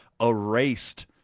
erased